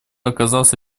оказался